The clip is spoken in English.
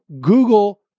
Google